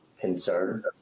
concern